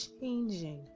changing